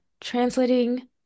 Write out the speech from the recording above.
translating